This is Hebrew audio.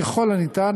ככל האפשר,